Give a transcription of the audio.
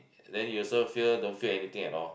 then you also feel don't feel anything at all